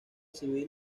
civil